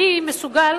אני מסוגל,